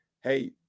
Hey